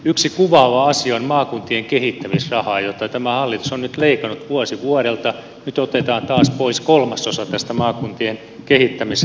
yksi kuvaava asia on maakuntien kehittämisraha jota tämä hallitus on nyt leikannut vuosi vuodelta nyt otetaan taas pois kolmasosa tästä maakuntien kehittämisrahasta